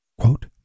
Quote